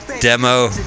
demo